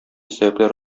сәбәпләр